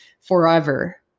forever